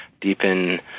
deepen